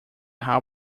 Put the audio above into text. how